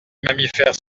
mammifère